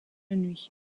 nuit